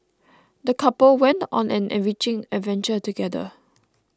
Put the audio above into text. the couple went on an enriching adventure together